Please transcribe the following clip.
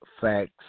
facts